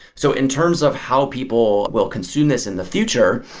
so in terms of how people will consume this in the future,